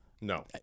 No